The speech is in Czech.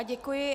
Děkuji.